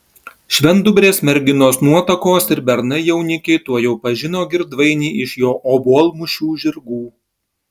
švendubrės merginos nuotakos ir bernai jaunikiai tuojau pažino girdvainį iš jo obuolmušių žirgų